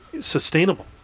sustainable